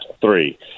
three